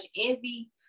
Envy